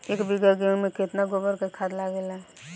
एक बीगहा गेहूं में केतना गोबर के खाद लागेला?